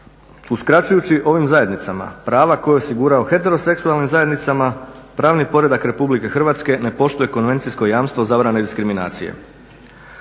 Uskraćujući ovim zajednicama prava koje je osigurao heteroseksualnim zajednicama pravni poredak Republike Hrvatske ne poštuje konvencijsko jamstvo zabrane diskriminacije.